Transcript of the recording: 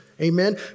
amen